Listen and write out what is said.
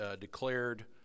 declared